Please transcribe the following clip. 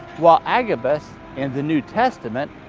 while agabus in the new testament,